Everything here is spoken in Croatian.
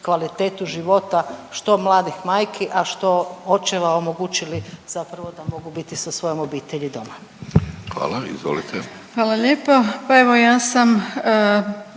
kvalitetu života, što mladih majki, a što očeva, omogućili zapravo da mogu biti sa svojom obitelji doma. **Vidović, Davorko (Nezavisni)**